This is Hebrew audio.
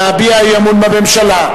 להביע אי-אמון בממשלה.